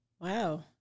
Wow